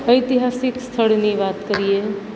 ઐતિહાસિક સ્થળની વાત કરીએ